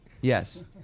Yes